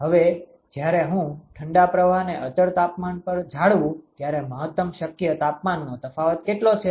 હવે જ્યારે હું ઠંડા પ્રવાહને અચળ તાપમાન પર જાળવુ ત્યારે મહત્તમ શક્ય તાપમાનનો તફાવત કેટલો છે